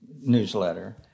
newsletter